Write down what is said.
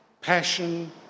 passion